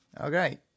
Okay